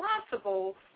responsible